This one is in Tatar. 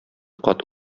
кат